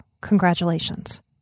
Congratulations